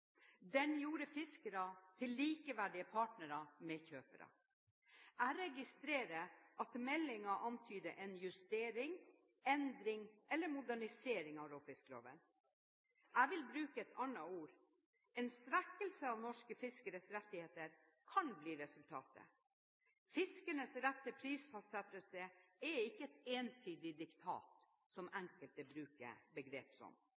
Den gjorde fiskere til likeverdige partnere med kjøpere. Jeg registrerer at meldingen antyder en justering, endring eller modernisering av råfiskloven. Jeg vil bruke et annet ord, en svekkelse av norske fiskeres rettigheter kan bli resultatet. Fiskernes rette prisfastsettelse er ikke et ensidig diktat, et begrep som